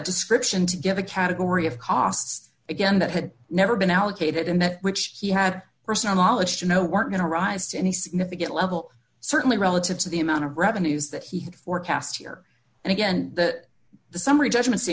description to give a category of costs again that had never been allocated in that which he had personal knowledge to know weren't going to rise to any significant level certainly relative to the amount of revenues that he had forecast here and again that the summary judgment